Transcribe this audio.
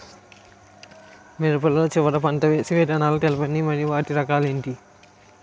మిరప లో చివర పంట వేసి విధానాలను తెలపండి మరియు వాటి రకాలు ఏంటి